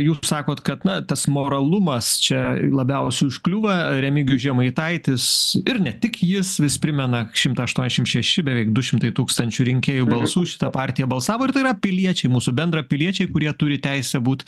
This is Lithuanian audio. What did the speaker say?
jūs sakot kad na tas moralumas čia labiausia užkliūva remigijus žemaitaitis ir ne tik jis vis primena šimtą aštuoniašim šeši beveik du šimtai tūkstančių rinkėjų balsų už šitą partiją balsavo ir tai yra piliečiai mūsų bendrapiliečiai kurie turi teisę būt